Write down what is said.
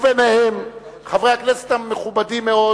וביניהם חברי הכנסת המכובדים מאוד